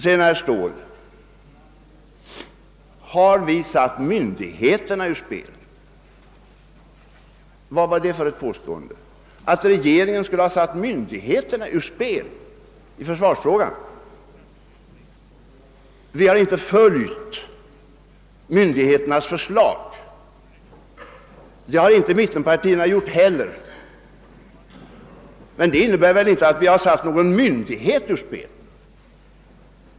Sedan sade herr Ståhl att vi har satt myndigheterna ur spel. Vad är det för ett påstående? Skulle regeringen ha satt myndigheterna ur spel i försvarsfrågan? Vi har inte följt myndigheternas förslag, men det har ju inte mittenpartierna gjort heller. Det innebär väl inte att vi har satt någon myndighet ur spel.